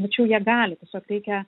tačiau jie gali tiesiog reikia